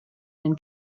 den